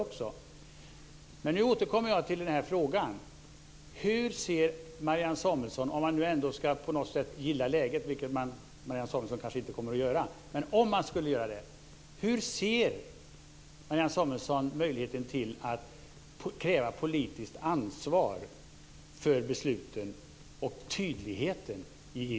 Jag återkommer till frågan. Om man ska gilla läget - vilket Marianne Samuelsson kanske inte kommer att göra - hur ser Marianne Samuelsson på möjligheten att kräva politiskt ansvar för besluten och tydligheten i EU?